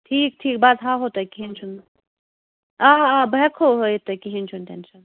ٹھیٖک ٹھیٖک بہٕ حظ ہاوہو تۄہہِ کِہیٖنٛۍ چھُنہٕ آ آ بہٕ ہٮ۪کٕہو ہٲوِتھ تۅہہِ کِہیٖنٛۍ چھُنہٕ ٹٮ۪نشَن